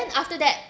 after that